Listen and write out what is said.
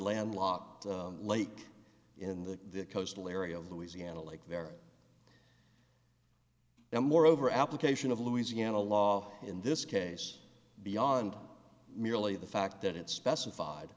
landlocked lake in the coastal area louisiana like they're now moreover application of louisiana law in this case beyond merely the fact that it's specified